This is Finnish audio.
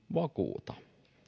vakuuta